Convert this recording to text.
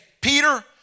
peter